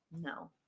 no